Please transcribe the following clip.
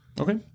Okay